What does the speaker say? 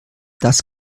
das